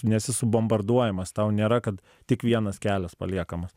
nesi subombarduojamas tau nėra kad tik vienas kelias paliekamas